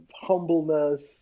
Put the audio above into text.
humbleness